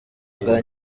bwa